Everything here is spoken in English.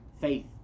faith